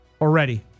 Already